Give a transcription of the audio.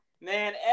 man